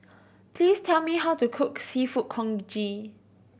please tell me how to cook Seafood Congee